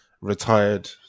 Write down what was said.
retired